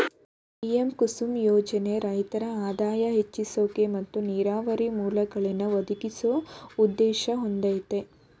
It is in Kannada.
ಪಿ.ಎಂ ಕುಸುಮ್ ಯೋಜ್ನೆ ರೈತ್ರ ಆದಾಯ ಹೆಚ್ಸೋಕೆ ಮತ್ತು ನೀರಾವರಿ ಮೂಲ್ಗಳನ್ನಾ ಒದಗ್ಸೋ ಉದ್ದೇಶ ಹೊಂದಯ್ತೆ